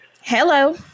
hello